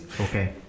Okay